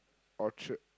Orchard